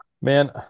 man